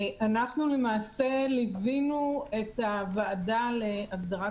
אנחנו למעשה ליווינו את הוועדה להסדרת